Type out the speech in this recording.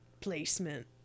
placement